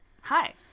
Hi